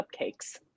cupcakes